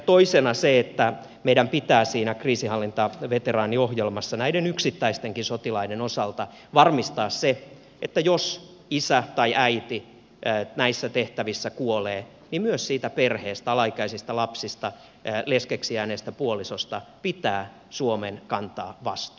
toisena on se että meidän pitää siinä kriisinhallintaveteraaniohjelmassa näiden yksittäistenkin sotilaiden osalta varmistaa se että jos isä tai äiti näissä tehtävissä kuolee niin myös siitä perheestä alaikäisistä lapsista leskeksi jääneestä puolisosta pitää suomen kantaa vastuu